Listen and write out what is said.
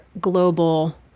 global